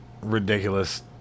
ridiculous